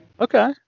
Okay